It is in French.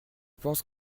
pense